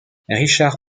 richard